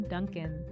Duncan